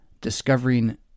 discovering